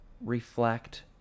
reflect